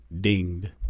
dinged